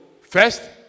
first